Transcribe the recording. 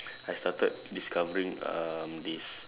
I started discovering um this